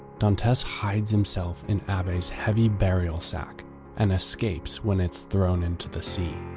dantes hides himself in abbe's heavy burial sack and escapes when it's thrown into the sea.